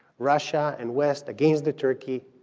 russia and west against the turkey,